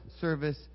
service